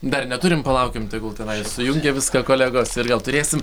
dar neturime palaukim tegul tenai sujungia viską kolegos ir vėl turėsim